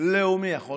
לאומי בכנסת.